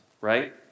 right